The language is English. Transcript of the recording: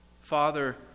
Father